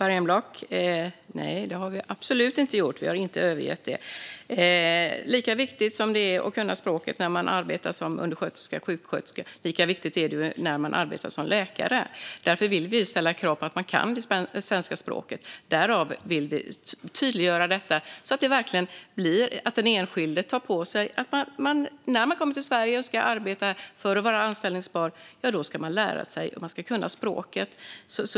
talman! Nej, det har vi absolut inte gjort. Vi har inte övergett det. Lika viktigt som det är att kunna språket när man arbetar som undersköterska och sjuksköterska är det att kunna språket när man arbetar som läkare. Därför vill vi ställa krav på att man kan det svenska språket. Vi vill tydliggöra detta så att det verkligen blir så att den enskilde tar på sig detta. När man kommer till Sverige och ska arbeta och vara anställbar här ska man lära sig och kunna språket.